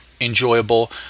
enjoyable